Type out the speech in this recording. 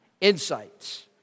Insights